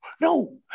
no